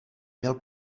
měl